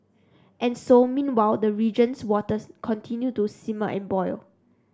and so meanwhile the region's waters continue to simmer and boil